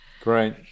Great